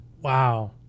Wow